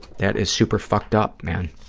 that is super fucked up, man.